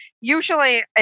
usually